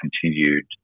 continued